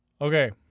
Okay